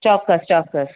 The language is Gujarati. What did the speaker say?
ચોક્કસ ચોક્કસ